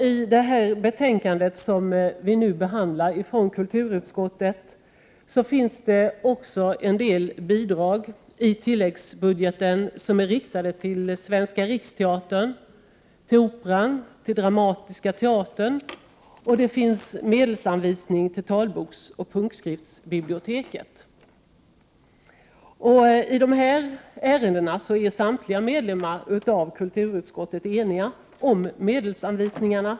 Herr talman! I det betänkande från kulturutskottet som vi nu behandlar redovisas också en del bidrag på tilläggsbudgeten som är riktade till Svenska riksteatern, till Operan och till Dramatiska teatern. Det görs där också en medelsanvisning till talboksoch punktskriftsbiblioteket. I de här ärendena är samtliga ledamöter av kulturutskottet eniga om medelsanvisningarna.